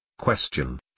Question